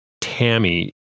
Tammy